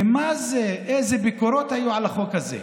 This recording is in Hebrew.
ומה זה, איזה ביקורות היו על החוק הזה: